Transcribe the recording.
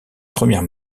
premières